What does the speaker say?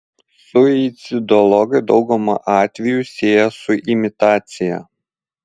suicidologai daugumą atvejų sieja su imitacija